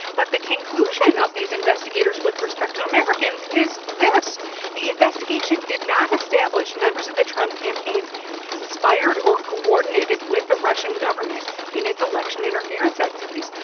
but the conclusion of these investigators with respect to americans is this the investigation did not establish members of the trump campaign conspired or coordinated with the russian government in its election interference activities.